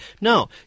No